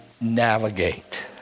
navigate